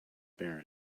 bear